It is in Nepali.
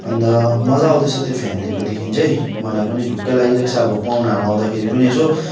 अन्त मजा आउँदैछ त्यो फ्यान ल्याएको देखि चाहिँ मलाई पनि ढुक्कै लागिरहेको छ अब पाहुनाहरू आउँदाखेरि पनि यसो